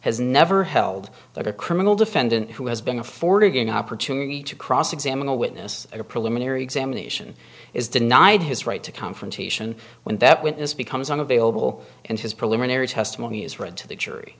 has never held that a criminal defendant who has been affording opportunity to cross examine a witness at a preliminary examination is denied his right to confrontation when that witness becomes unavailable and his preliminary testimony is read to the jury